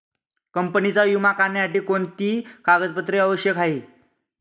कंपनीचा विमा काढण्यासाठी कोणते कागदपत्रे आवश्यक आहे?